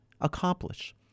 accomplish